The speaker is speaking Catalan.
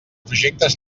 projectes